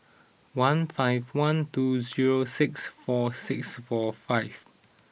one five one two zero six four six four five